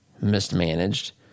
mismanaged